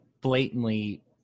blatantly